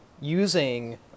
using